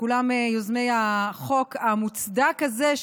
כולם יוזמי החוק המוצדק הזה,